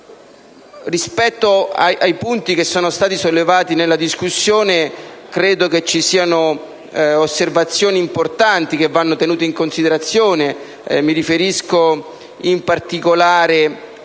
Rispetto ai punti che sono stati sollevati nel corso della discussione, credo ci siano osservazioni importanti che vanno tenute in considerazione.